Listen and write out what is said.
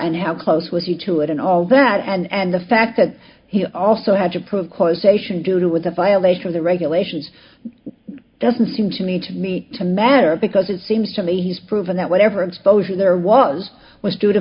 and how close was he to it and all that and the fact that he also had to prove causation do do with the violation of the regulations doesn't seem to me to me to matter because it seems to me he's proven that whatever exposure there was was due to